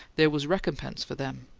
there was recompense for them.